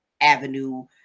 Avenue